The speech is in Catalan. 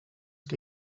que